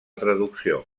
traducció